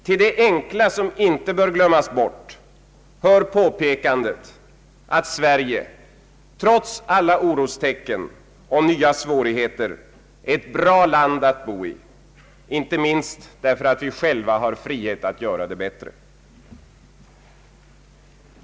Till det enkla som inte bör glömmas bort hör påpekandet att Sverige trots alla orostecken och nya svårigheter är ett bra land att bo i, inte minst därför att vi själva har frihet att göra det bättre.